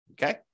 Okay